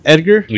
Edgar